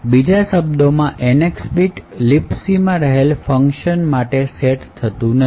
બીજા શબ્દોમાં NX bit libc માં રહેલ ફંકશન માટે સેટ થતું નથી